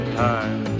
time